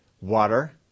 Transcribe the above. water